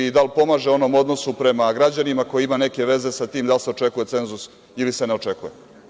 Da li pomaže onom odnosu prema građanima, a koji ima neke veze sa tim da li se očekuje cenzus ili se ne očekuje?